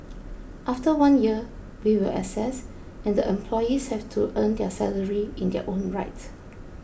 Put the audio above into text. after one year we will assess and the employees have to earn their salary in their own right